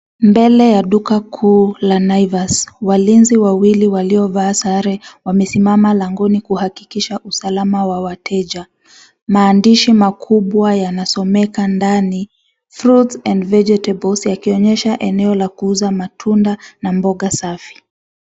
Mbele ya duka kuu la naivas, walinzi wawili waliovaa sare wamesimama langoni kuhakikisha usalama wa wateja. Maandishi makubwa yanasomeka ndani, fruits and vegetables, yakionyesha eneo la kuuza matunda na mboga safi.